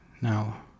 Now